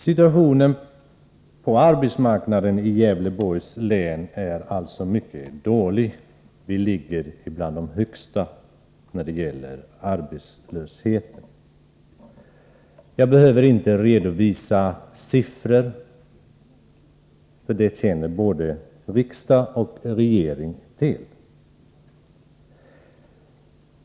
Situationen på arbetsmarknaden i Gävleborgs län är alltså mycket dålig, och arbetslösheten är bland de största i landet. Jag behöver inte redovisa siffror — dessa känner både riksdag och regering till.